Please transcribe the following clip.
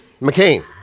McCain